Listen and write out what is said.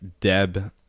deb